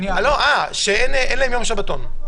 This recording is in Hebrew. שאין להם יום שבתון.